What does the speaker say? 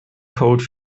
code